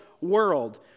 world